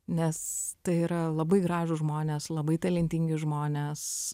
nes tai yra labai gražūs žmonės labai talentingi žmonės